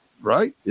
right